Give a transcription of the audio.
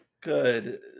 good